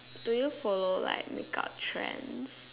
do you follow like make up trends